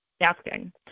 asking